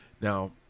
Now